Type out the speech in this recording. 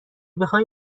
بخای